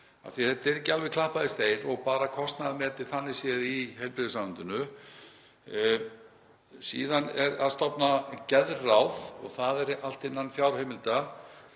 að þetta er ekki alveg klappað í stein og bara kostnaðarmetið þannig séð í heilbrigðisráðuneytinu. Síðan er að stofna geðráð og það er allt innan fjárheimilda.